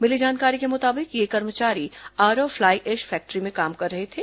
मिली जानकारी के मुताबिक ये कर्मचारी आरव फ्लाई ऐश फैक्ट्री में काम कर रहे थे